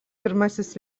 pirmasis